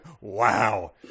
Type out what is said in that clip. Wow